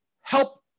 help